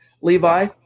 Levi